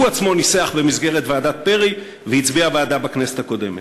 שהוא עצמו ניסח במסגרת ועדת פרי והצביע בעדה בכנסת הקודמת.